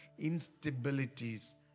instabilities